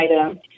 item